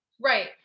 Right